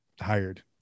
hired